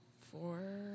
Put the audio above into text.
four